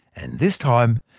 and this time,